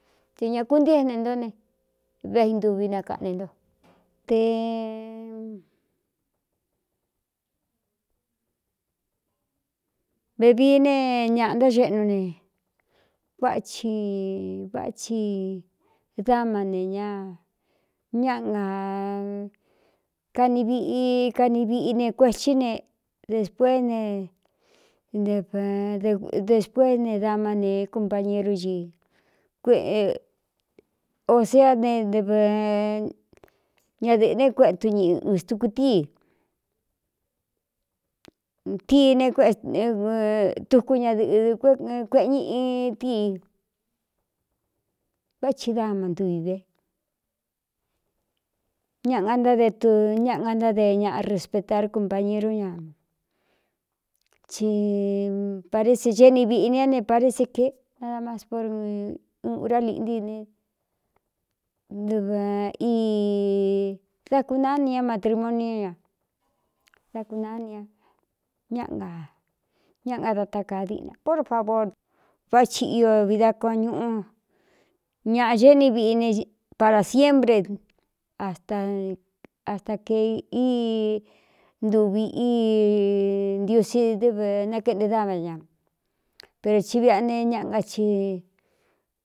Te ñā kúntiéne ntó ne véꞌi ntuvi nakaꞌne nto te vevii ne ñaꞌa ntáxeꞌnu ne káci váchi dáma ne ña ñáꞌna kanii viꞌi kani viꞌi ne kuethí ne depué nedēspués ne damá ne kumpañerú ñi osea ne vñadɨ̄ꞌɨ̄né kuetu ñiꞌɨ ɨn stuku tíitíi tuku ñadɨꞌɨɨ kueꞌe ñɨ i tíi váꞌ chi dáma ntuvi ve ñaꞌa ga ntáde tu ñáꞌa nga ntádee ñaꞌa respetar cumpañerú ña ci paré se geni viꞌi ne a ne pare se kē nádamas pór u ūrá liꞌntii ne v dá kunániña matrimoniu ña dá nanaña ñaꞌa nga da ta kaa diꞌna por fabor vá chi io vi dá kon ñuꞌu ñaꞌa géeni viꞌi ne para siémpre asta kē í ntuvi íi ntiusi dɨv nakéꞌnte dáva ña pero chi viꞌꞌa ne ñaꞌa nga chi.